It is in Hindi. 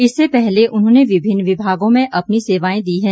इससे पहले उन्होंने विभिन्न विभागों में अपनी सेवाएं दी हैं